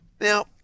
Now